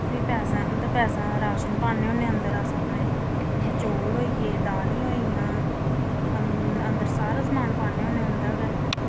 फ्ही पैसां उं'दे पैसें दा राशन पाने होने अंदर अस अपने जि'यां चौल होइये दालीं होइयां अन अंदर सारा समान पाने होने उं'दा गै